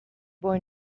boy